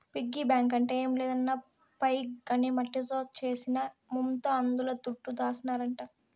piggy bank అంటే ఏం లేదన్నా పైగ్ అనే మట్టితో చేసిన ముంత అందుల దుడ్డు దాసినారంట